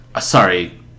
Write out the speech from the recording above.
sorry